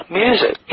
music